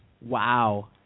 Wow